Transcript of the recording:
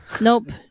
Nope